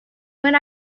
when